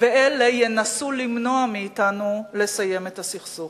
ואלה ינסו למנוע מאתנו לסיים את הסכסוך.